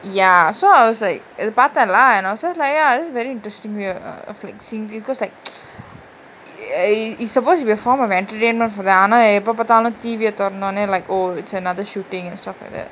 ya so I was like இது பாத்த:ithu paatha lah I was just like ya that's very interesting seeing this eh it's supposed to be a form of entertainment for the ஆனா எப்ப பாத்தாலு:aana eppa paathaalu T_V ah தொரந்தோனே:thoranthone like oh it's another shooting and stuff like that